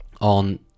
on